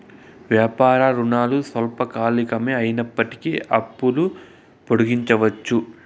వ్యాపార రుణాలు స్వల్పకాలికమే అయినప్పటికీ అప్పులు పొడిగించవచ్చు